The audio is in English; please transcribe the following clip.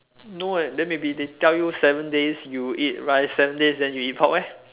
no leh then maybe they tell you seven days you eat rice seven days then you eat pork leh